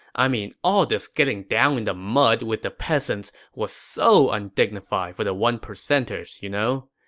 i mean, all this getting down in the mud with the peasants was so undignified for the one percenters, you know?